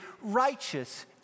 righteous